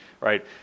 right